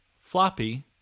Floppy